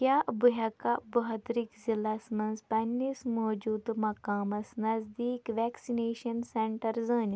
کیٛاہ بہٕ ہٮ۪کاہ بٔہٲدرِک ضِلعس منٛز پنٛنِس موجوٗدٕ مقامس نزدیٖک وٮ۪کسِنیشن سٮ۪نٛٹَر زٲنِتھ